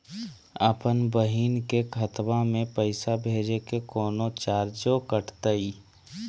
अपन बहिन के खतवा में पैसा भेजे में कौनो चार्जो कटतई?